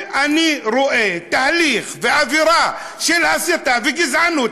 אם אני רואה תהליך ואווירה של הסתה וגזענות,